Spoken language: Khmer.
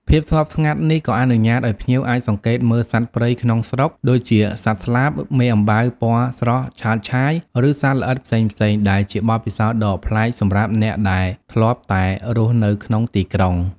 ភាពស្ងប់ស្ងាត់នេះក៏អនុញ្ញាតឲ្យភ្ញៀវអាចសង្កេតមើលសត្វព្រៃក្នុងស្រុក ដូចជាសត្វស្លាប មេអំបៅពណ៌ស្រស់ឆើតឆាយ ឬសត្វល្អិតផ្សេងៗ ដែលជាបទពិសោធន៍ដ៏ប្លែកសម្រាប់អ្នកដែលធ្លាប់តែរស់នៅក្នុងទីក្រុង។